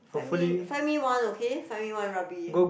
find me find me one okay find me one rugby